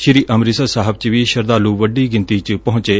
ਸ੍ਰੀ ਅੰਮਿਤਸਰ ਸਾਹਿਬ 'ਚ ਵੀ ਸ਼ਰਧਾਲੁ ਵੱਡੀ ਗਿਣਤੀ 'ਚ ਪਹੁੰਚੇ